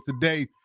today